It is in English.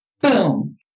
Boom